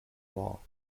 law